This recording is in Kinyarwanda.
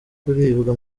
kuribwa